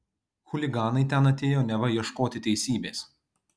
chuliganai ten atėjo neva ieškoti teisybės